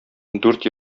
дүрт